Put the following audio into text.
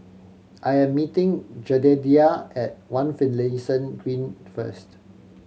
I am meeting Jedediah at One Finlayson Green first